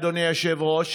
אדוני היושב-ראש,